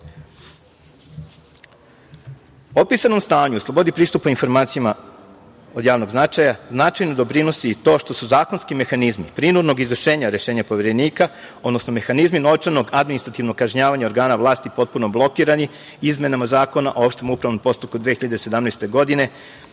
stanju o slobodni pristupa informacijama od javnog značaja značajno doprinosi i to što su zakonski mehanizmi prinudnog izvršenje rešenja Poverenika, odnosno mehanizmi novčanog administrativnog kažnjavanja organa vlasti potpuno blokirani izmenama Zakona o opštem upravnom postupku 2017. godine